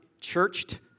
churched